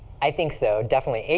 i think so, definitely.